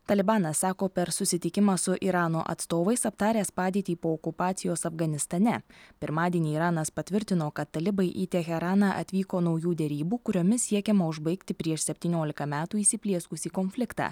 talibanas sako per susitikimą su irano atstovais aptaręs padėtį po okupacijos afganistane pirmadienį iranas patvirtino kad talibai į teheraną atvyko naujų derybų kuriomis siekiama užbaigti prieš septyniolika metų įsiplieskusį konfliktą